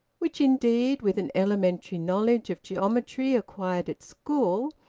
which, indeed, with an elementary knowledge of geometry acquired at school,